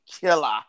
Killer